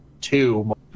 two